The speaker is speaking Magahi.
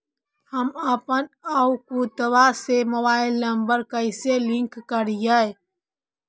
हमपन अकौउतवा से मोबाईल नंबर कैसे लिंक करैइय?